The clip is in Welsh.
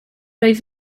wyf